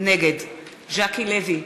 נגד ז'קי לוי,